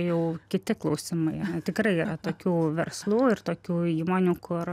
jau kiti klausimai tikrai yra tokių verslų ir tokių įmonių kur